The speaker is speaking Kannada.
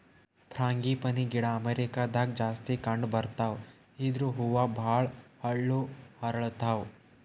ಫ್ರಾಂಗಿಪನಿ ಗಿಡ ಅಮೇರಿಕಾದಾಗ್ ಜಾಸ್ತಿ ಕಂಡಬರ್ತಾವ್ ಇದ್ರ್ ಹೂವ ಭಾಳ್ ಹಳ್ಳು ಅರಳತಾವ್